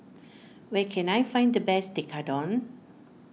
where can I find the best Tekkadon